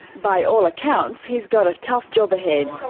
by all accounts, he's got a tough job ahead.